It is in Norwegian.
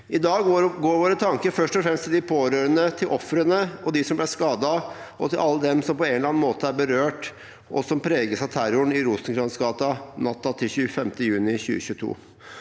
I dag går våre tanker først og fremst til de pårørende til ofrene, til dem som ble skadd, og til alle som på en eller annen måte er berørt, og som preges av terroren i Rosenkrantz’ gate natt til 25. juni 2022.